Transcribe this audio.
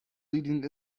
leading